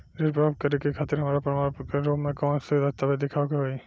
ऋण प्राप्त करे के खातिर हमरा प्रमाण के रूप में कउन से दस्तावेज़ दिखावे के होइ?